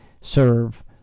serve